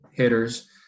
hitters